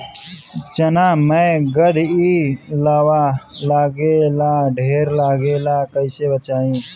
चना मै गधयीलवा लागे ला ढेर लागेला कईसे बचाई?